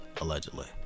allegedly